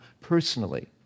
personally